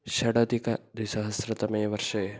षडाधिकद्विसहस्रतमेवर्षे